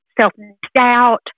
self-doubt